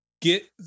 get